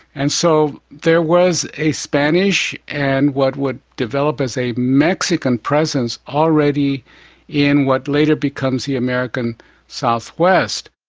and so there was a spanish and what would develop as a mexican presence already in what later becomes the american southwest.